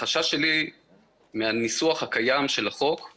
החשש שלי מהניסוח הקיים של החוק הוא